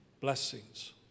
blessings